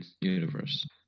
universe